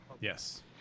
yes